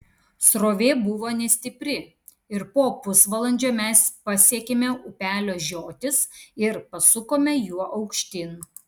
srovė buvo nestipri ir po pusvalandžio mes pasiekėme upelio žiotis ir pasukome juo aukštyn